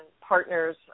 partners